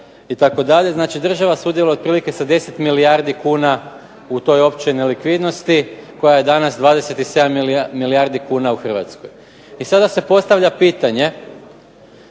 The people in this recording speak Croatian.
itd. znači država sudjeluje otprilike sa 10 milijardi kuna u toj općoj nelikvidnosti koja je danas 27 milijardi kuna u Hrvatskoj. I sada se postavlja pitanje,